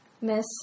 Miss